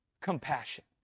compassion